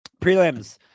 Prelims